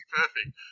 perfect